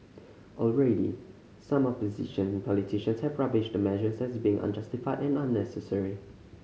already some opposition politicians have rubbished the measures as being unjustified and unnecessary